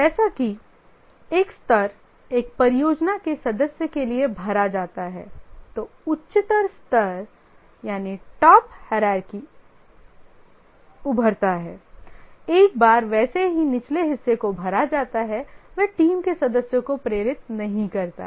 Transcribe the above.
जैसा कि एक स्तर एक परियोजना के सदस्य के लिए भरा जाता है तो उच्चतर स्तर उभरता है एक बार वैसे ही निचले हिस्से को भरा जाता है वह टीम के सदस्य को प्रेरित नहीं करता है